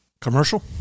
Commercial